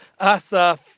Asaf